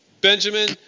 benjamin